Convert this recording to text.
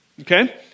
Okay